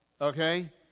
okay